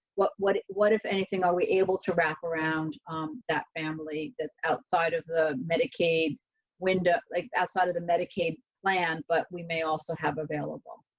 what. what, if anything, are we able to wrap around that family that's outside of the medicaid window, like outside of the medicaid plan, but we may also have available.